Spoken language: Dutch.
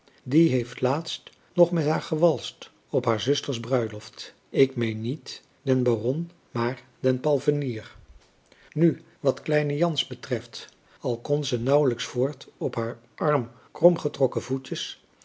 die heeft laatst nog met haar gewalst op haar zusters bruiloft ik meen niet den baron maar den palfrenier nu wat kleine jans betreft al kon ze nauwelijks voort op haar arme kromgetrokken voetjes